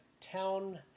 town